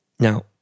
Now